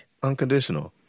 Unconditional